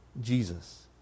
Jesus